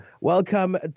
Welcome